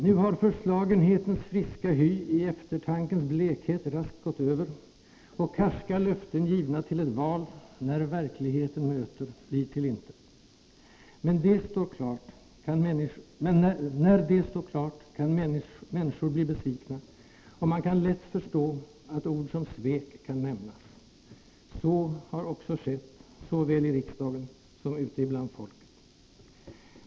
Nu har förslagenhetens friska hy i eftertankens blekhet raskt gått över och karska löften givna till ett val när verkligheten möter blir till intet. När det står klart kan mänskor bli besvikna, och man kan lätt förstå att ord som svek kan nämnas. Så har också skett, såväl i riksdagen som ute ibland folket.